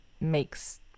makes